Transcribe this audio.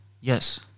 Yes